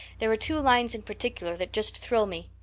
there are two lines in particular that just thrill me.